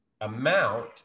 amount